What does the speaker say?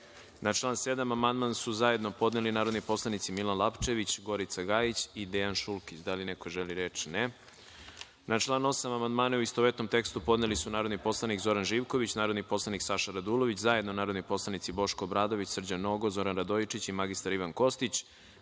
član 7. amandman su zajedno podneli narodni poslanici Milan Lapčević, Gorica Gajić i Dejan Šulkić. Da li neko želi reč? (Ne)Na član 8. amandmane, u istovetnom tekstu, podneli su narodni poslanik Zoran Živković, narodni poslanik Saša Radulović, zajedno narodni poslanici Boško Obradović, Srđan Nogo, Zoran Radojičić i mr Ivan Kostić,